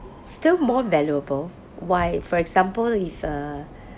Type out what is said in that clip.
still more valuable why for example if uh